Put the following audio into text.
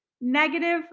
negative